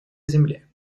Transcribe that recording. земле